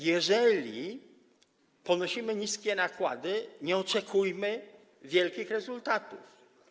Jeżeli ponosimy niskie nakłady, nie oczekujmy wielkich rezultatów.